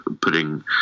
putting